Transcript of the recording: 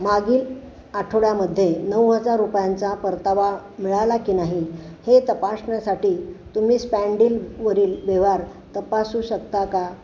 मागील आठवड्यामध्ये नऊ हजार रुपयांचा परतावा मिळाला की नाही हे तपासण्यासाठी तुम्ही स्पॅंडिल वरील व्यवहार तपासू शकता का